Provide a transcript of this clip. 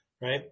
Right